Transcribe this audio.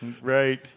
Right